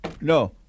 No